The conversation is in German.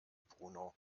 bruno